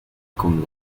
con